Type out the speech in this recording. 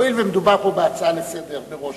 הואיל ומדובר פה בהצעה לסדר-היום מראש